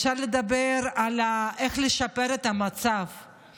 אפשר לדבר על איך לשפר את המצב,